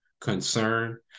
concern